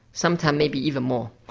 sometimes maybe even more.